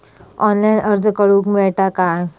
Online अर्ज करूक मेलता काय?